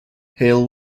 hale